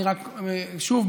שוב,